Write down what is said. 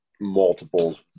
multiple